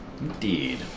Indeed